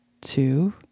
two